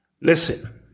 Listen